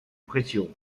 pression